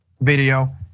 video